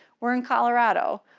we're in colorado.